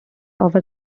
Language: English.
offer